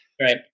right